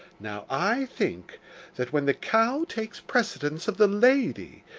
now i think that when the cow takes precedence of the lady,